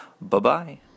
Bye-bye